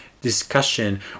discussion